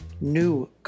New